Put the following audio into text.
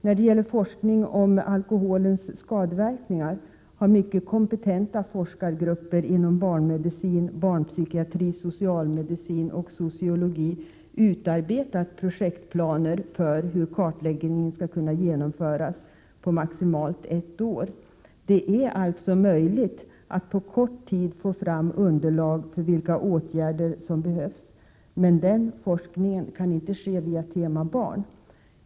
När det gäller forskning om alkoholens skadeverkningar har mycket kompetenta forskargrupper inom barnmedicin, barnpsykiatri, socialmedicin och sociologi utarbetat projektplaner för hur kartläggningen skall kunna genomföras på maximalt ett år. Det är alltså möjligt att på kort tid få fram underlag för erforderliga åtgärder. Men den forskningen kan inte ske via ”tema Barn”.